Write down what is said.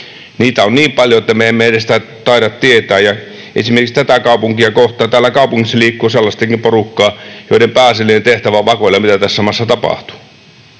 Niitä on niin paljon, että me emme edes sitä taida tietää. Esimerkiksi täällä kaupungissa liikkuu sellaistakin porukkaa, jonka pääasiallinen tehtävä on vakoilla, mitä tässä maassa tapahtuu